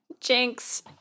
Jinx